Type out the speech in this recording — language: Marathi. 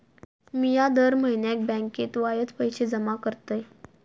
मिया दर म्हयन्याक बँकेत वायच पैशे जमा करतय